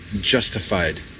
justified